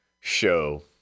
show